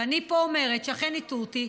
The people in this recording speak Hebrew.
ואני אומרת פה שאכן הטעו אותי.